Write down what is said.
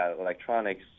electronics